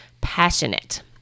passionate